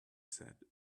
said